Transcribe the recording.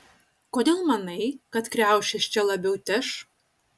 kodėl manai kad kriaušės čia labiau teš